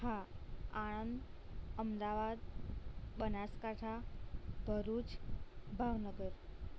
હા આણંદ અમદાવાદ બનાસકાંઠા ભરૂચ ભાવનગર